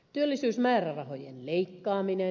työllisyysmäärärahojen leikkaaminen